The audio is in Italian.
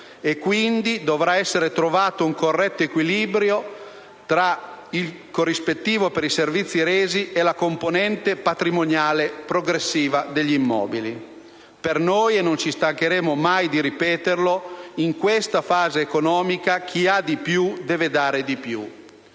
e quindi dovrà essere individuato un corretto equilibrio tra il corrispettivo per i servizi resi e la componente patrimoniale progressiva degli immobili. Per noi - non ci stancheremo mai di ripeterlo - in questa fase economica chi ha di più deve dare di più.